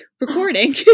Recording